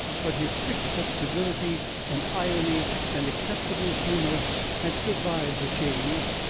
but his tricks of civility and irony and acceptable humor had survived the change,